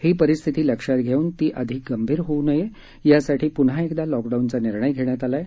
ही परिस्थिती लक्षात घेऊन ती अधिक गंभीर होऊ नये यासाठी प्न्हा एकदा लॉकडाउनचा निर्णय घेण्यात आला आहे